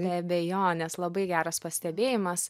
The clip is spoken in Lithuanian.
be abejonės labai geras pastebėjimas